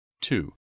Two